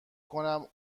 کنم